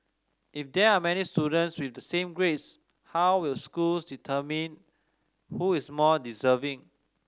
if there are many students with the same grades how will schools determine who is more deserving